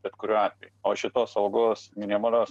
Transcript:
bet kuriuo atveju o šitos algos minimalios